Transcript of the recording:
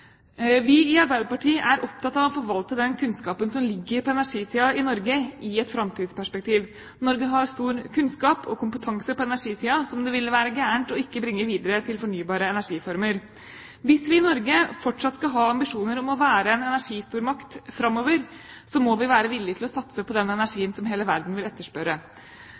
Vi i Arbeiderpartiet er opptatt av å forvalte den kunnskapen som ligger på energisiden i Norge, i et framtidsperspektiv. Norge har stor kunnskap og kompetanse på energisiden, som det ville være galt ikke å bringe videre til fornybare energiformer. Hvis vi i Norge fortsatt skal ha ambisjoner om å være en energistormakt framover, må vi være villig til å satse på den energien som hele verden vil etterspørre.